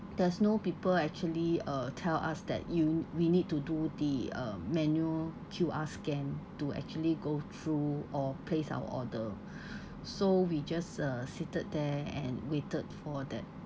there's no people actually uh tell us that you we need to do the uh manual Q_R scan to actually go through or place our order so we just uh seated there and waited for that